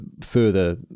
further